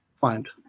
find